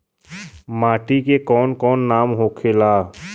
माटी के कौन कौन नाम होखे ला?